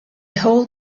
whole